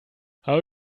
habe